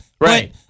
Right